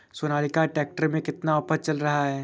Sonalika tractor में कितना offer चल रहा है?